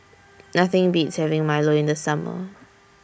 Nothing Beats having Milo in The Summer